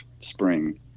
Spring